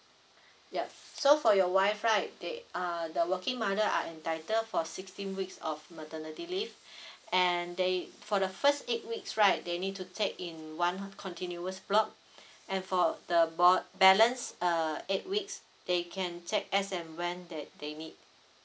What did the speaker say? yup so for your wife right they uh the working mother are entitle for sixteen weeks of maternity leave and they for the first eight weeks right they need to take in one continuous block and for the block balance uh eight weeks they can check as and when that they need